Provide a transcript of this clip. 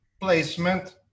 Placement